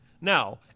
Now